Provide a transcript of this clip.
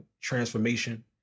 transformation